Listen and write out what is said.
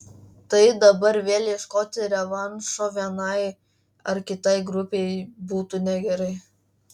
tai dabar vėl ieškoti revanšo vienai ar kitai grupei būtų negerai